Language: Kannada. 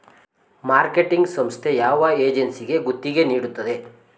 ಮಾರ್ಕೆಟಿಂಗ್ ಸಂಸ್ಥೆ ಯಾವ ಏಜೆನ್ಸಿಗೆ ಗುತ್ತಿಗೆ ನೀಡುತ್ತದೆ?